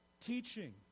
teaching